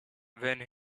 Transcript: when